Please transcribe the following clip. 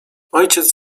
ojciec